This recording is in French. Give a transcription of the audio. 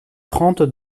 trente